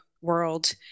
world